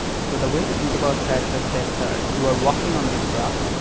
so, the way to think about side-effects steps are, you are working on this graph,